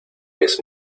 vez